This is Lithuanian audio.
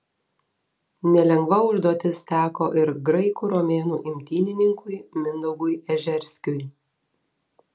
nelengva užduotis teko ir graikų romėnų imtynininkui mindaugui ežerskiui